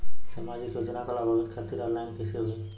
सामाजिक योजना क लाभान्वित खातिर ऑनलाइन कईसे होई?